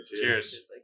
Cheers